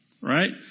right